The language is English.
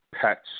pets